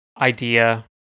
idea